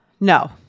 no